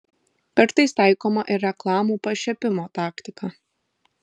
kartais taikoma ir reklamų pašiepimo taktika